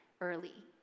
early